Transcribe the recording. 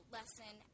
Lesson